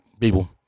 people